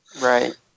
Right